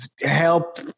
help